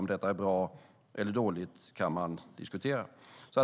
Om detta är bra eller dåligt kan man diskutera.